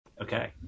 Okay